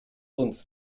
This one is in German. uns